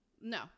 No